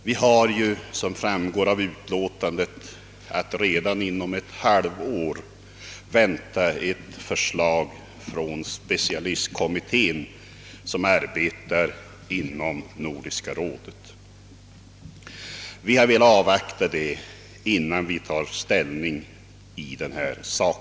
Vi har ju, såsom framgår av utlåtandet, redan inom ett halvår att vänta ett förslag från den specialistkommitté som på rekommendation av Nordiska rådet tillsatts för att arbeta med denna fråga. Vi har alltså velat avvakta detta förslag innan vi tar ställning på denna punkt.